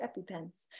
EpiPens